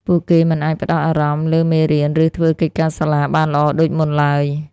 ពួកគេមិនអាចផ្តោតអារម្មណ៍លើមេរៀន ឬធ្វើកិច្ចការសាលាបានល្អដូចមុនឡើយ។